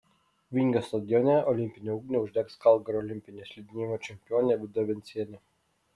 vingio stadione olimpinę ugnį uždegs kalgario olimpinė slidinėjimo čempionė vida vencienė